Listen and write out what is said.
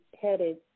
headed